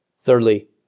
Thirdly